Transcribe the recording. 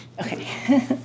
Okay